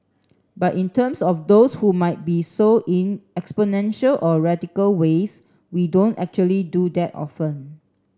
but in terms of those who might be so in exponential or radical ways we don't actually do that often